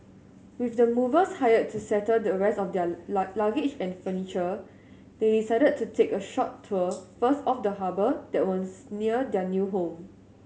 with the movers hired to settle the rest of their luggage and furniture they decided to take a short tour first of the harbour that was near their new home